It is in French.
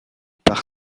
par